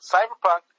Cyberpunk